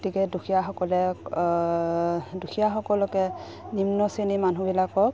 গতিকে দুখীয়াসকলে দুখীয়াসকলকে নিম্নশ্ৰেণীৰ মানুহবিলাকক